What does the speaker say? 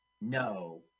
No